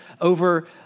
over